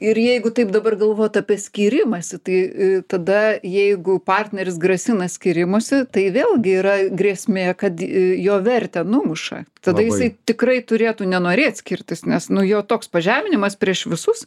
ir jeigu taip dabar galvot apie skyrimąsi tai tada jeigu partneris grasina skyrimusi tai vėlgi yra grėsmė kad jo vertę numuša tada jisai tikrai turėtų nenorėt skirtis nes nuo jo toks pažeminimas prieš visus